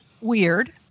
weird